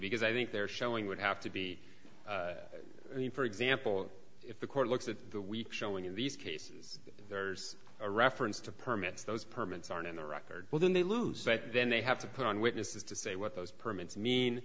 because i think they're showing would have to be i mean for example if the court looks at the week showing in these cases there's a reference to permits those permits are in the record well then they lose that then they have to put on witnesses to say what those permits mean